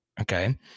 okay